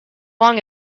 long